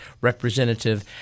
Representative